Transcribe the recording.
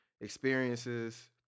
experiences